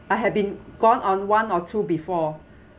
I have been gone on one or two before